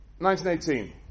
1918